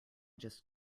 just